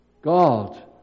God